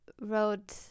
wrote